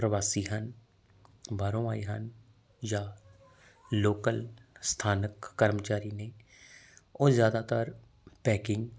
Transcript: ਪ੍ਰਵਾਸੀ ਹਨ ਬਾਹਰੋਂ ਆਏ ਹਨ ਜਾਂ ਲੋਕਲ ਸਥਾਨਕ ਕਰਮਚਾਰੀ ਨੇ ਉਹ ਜਿਆਦਾਤਰ ਪੈਕਿੰਗ